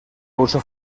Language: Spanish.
uso